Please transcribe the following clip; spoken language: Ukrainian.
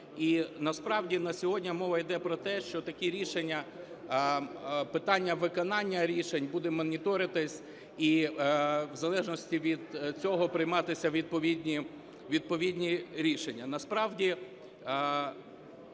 І насправді на сьогодні мова йде про те, що такі рішення, питання виконання рішень будуть моніторитися і в залежності від цього прийматися відповідні рішення.